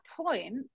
point